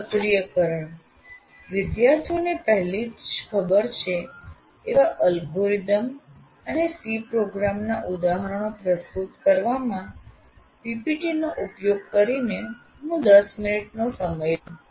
સક્રિયકરણ વિદ્યાર્થીઓને પહેલેથી જ ખબર છે એવા એલ્ગોરિધમ્સ અને સી પ્રોગ્રામના ઉદાહરણો પ્રસ્તુત કરવામાં PPTનો ઉપયોગ કરીને હું 10 મિનિટનો સમય લઉ છું